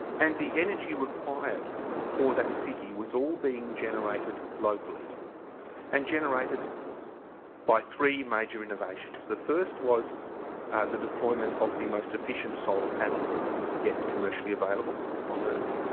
and the energy required for that city was all being generated locally and generated by three major renovations. the first was the deployment of the most efficient solar panels yet commercially available on earth.